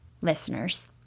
listeners